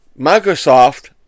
Microsoft